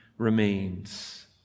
remains